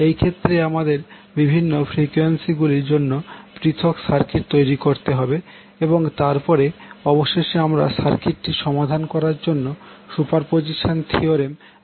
এই ক্ষেত্রে আমাদের বিভিন্ন ফ্রিকোয়েন্সিগুলির জন্য পৃথক সার্কিট তৈরি করতে হবে এবং তারপরে অবশেষে আমরা সার্কিটটি সমাধান করার জন্য সুপারপজিশন থিওরেম ব্যবহার করব